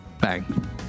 Bang